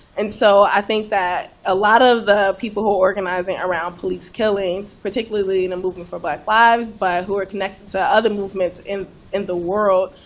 and so i think that a lot of the people who are organizing around police killings, particularly the movement for black lives, but who are connected to other movements in in the world,